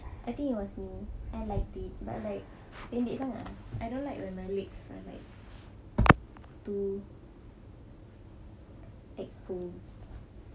I think it was me I liked it but like pendek sangat ah I don't like when my legs are like too exposed